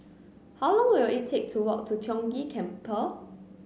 how long will it take to walk to Tiong Ghee Temple